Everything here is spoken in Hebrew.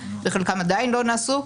וחלקם עדיין לא נעשו.